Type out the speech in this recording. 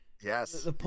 yes